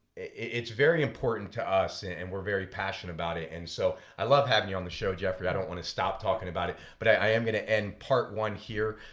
it's very important to us and we're very passionate about it. and so i love having you on the show, jeffrey. i don't want to talking about it, but i am going to end part one here.